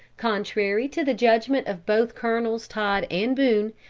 contrary to the judgment of both colonels todd and boone,